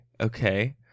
Okay